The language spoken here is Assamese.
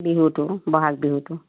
বিহুটো ব'হাগ বিহুটো